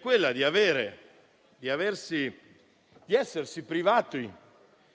quella di essersi privati